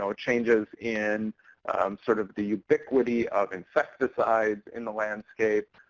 ah changes in sort of the ubiquity of insecticides in the landscape,